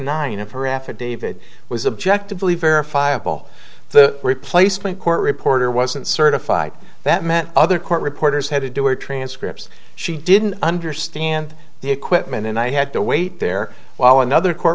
affidavit was objective lee verifiable the replacement court reporter wasn't certified that met other court reporters had to do or transcripts she didn't understand the equipment and i had to wait there while another court